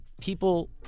people